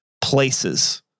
places